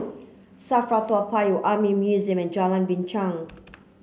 SAFRA Toa Payoh Army Museum and Jalan Binchang